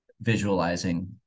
visualizing